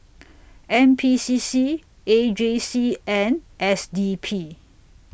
N P C C A J C and S D P